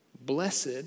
Blessed